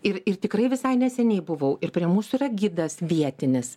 ir ir tikrai visai neseniai buvau ir prie mūsų yra gidas vietinis